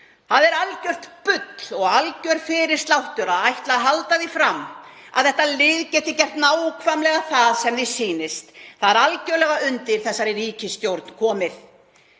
Það er algjört bull og algjör fyrirsláttur að ætla að halda því fram að þetta lið geti gert nákvæmlega það sem því sýnist. Það er algerlega undir þessari ríkisstjórn komið.